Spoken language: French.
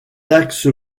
axe